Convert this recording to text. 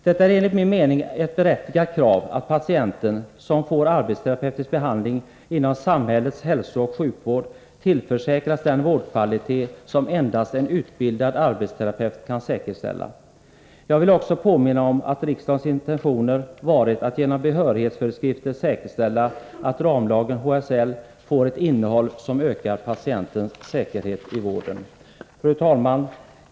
Det är enligt min mening ett berättigat krav att en patient som får arbetsterapeutisk behandling inom samhällets hälsooch sjukvård tillförsäkras den vårdkvalitet som endast en utbildad arbetsterapeut kan säkerställa. Jag vill också påminna om att riksdagens intention varit att genom behörighetsföreskrifter säkerställa att ramlagen, HSL, får ett innehåll som ökar patientsäkerheten i vården. Fru talman!